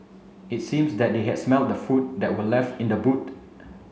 it seems that they had smelt the food that were left in the boot